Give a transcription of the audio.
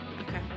Okay